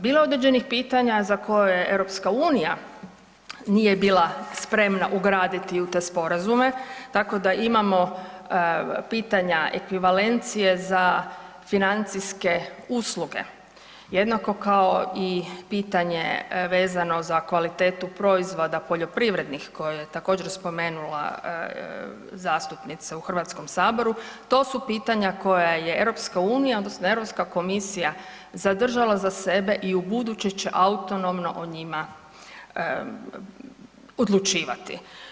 Bilo je određenih pitanja za koje EU nije bila spremna ugraditi u te sporazume, tako da imamo pitanje ekvivalencije za financijske usluge, jednako kao i pitanje vezano za kvalitetu proizvoda poljoprivrednih, koje je također, spomenula zastupnica u HS-u, to su pitanja koja je EU odnosno EU komisija zadržala za sebe i ubuduće će autonomno o njima odlučivati.